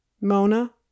Mona